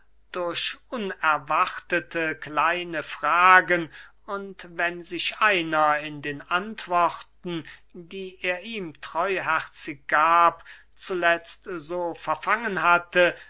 durch unerwartete kleine fragen und wenn sich einer in den antworten die er ihm treuherzig gab zuletzt so verfangen hatte